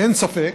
אין ספק